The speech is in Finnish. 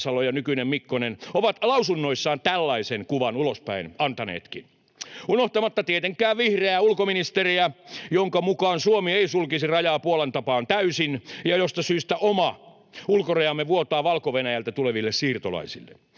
mistä syystä oma ulkorajamme vuotaa Valko-Venäjältä tuleville siirtolaisille.